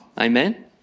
amen